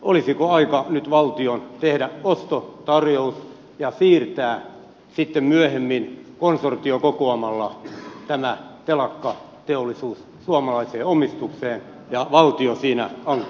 olisiko aika nyt valtion tehdä ostotarjous ja siirtää sitten myöhemmin konsortio kokoamalla tämä telakkateollisuus suomalaiseen omistukseen ja valtio olisi siinä ankkuriomistajana